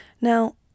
Now